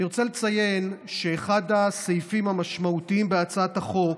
אני רוצה לציין שאחד הסעיפים המשמעותיים בהצעת החוק